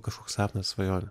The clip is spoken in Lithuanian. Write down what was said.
kažkoks sapnas svajonė